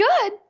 good